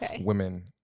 women